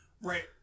Right